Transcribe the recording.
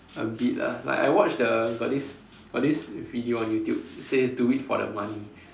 a bit lah like I watched the got this got this video on YouTube it says do it for the money